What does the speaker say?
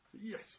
yes